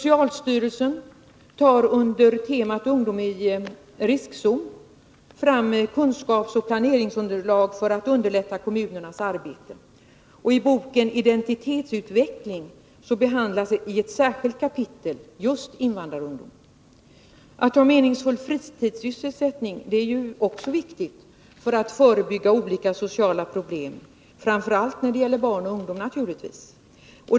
I boken Identitetsutveckling behandlas i ett särskilt kapitel just invand Onsdagen den rarungdom. 9 mars 1983 Att ha meningsfull fritidssysselsättning är ju också viktigt för att förebygga olika sociala problem — framför allt när det gäller barn och ungdom Vård av naturligtvis.